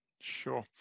Sure